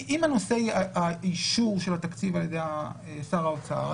אם יעלה נושא אישור התקציב על ידי שר האוצר,